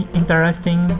interesting